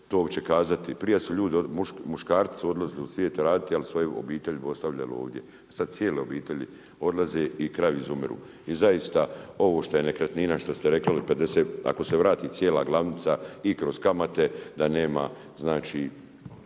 uopće kazati, prije su ljudi muškarci su odlazili u svijet raditi, ali su svoje obitelji ostavljali ovdje. A sada cijele obitelji odlazi i krajevi izumiru. I zaista ovo što je nekretnina što ste rekli … 50, ako se vrati cijela glavnica i kroz kamate da nema ovrhe